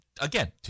again